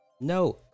No